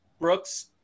Brooks